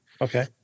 Okay